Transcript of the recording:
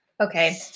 Okay